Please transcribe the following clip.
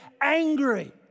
angry